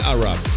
Arab